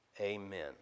amen